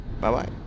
Bye-bye